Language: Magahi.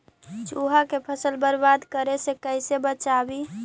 चुहा के फसल बर्बाद करे से कैसे बचाबी?